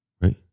right